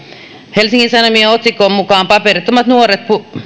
helsingin sanomien otsikon mukaan paperittomat nuoret